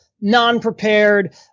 non-prepared